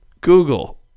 Google